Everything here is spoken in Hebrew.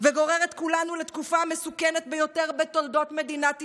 וגורר את כולנו לתקופה המסוכנת ביותר בתולדות מדינת ישראל.